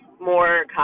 more